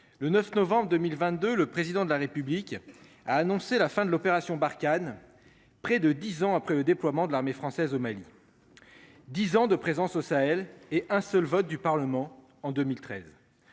Le 9 novembre 2022, le président de la République a annoncé la fin de l'opération Barkhane. Près de 10 ans après le déploiement de l'armée française au Mali. 10 ans de présence au Sahel et un seul vote du Parlement en 2013.